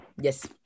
yes